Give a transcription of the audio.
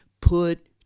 put